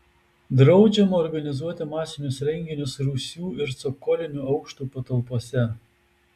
draudžiama organizuoti masinius renginius rūsių ir cokolinių aukštų patalpose